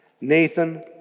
Nathan